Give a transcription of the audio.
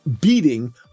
beating